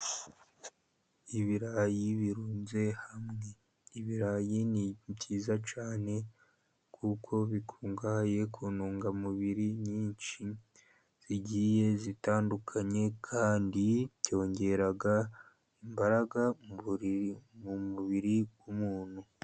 Ibirayi birunze hamwe. Ibirayi ni byiza cyane, kuko bikungahaye ku ntungamubiri nyinshi zigiye zitandukanye, kandi byongera imbaraga mu mubiri w'umuntu.